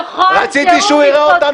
כשאתה ישבת על